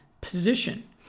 position